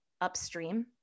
upstream